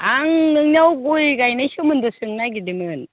आं नोंनाव गय गायनाय सोमोन्दो सोंनो नागिरदोंमोन